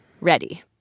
Ready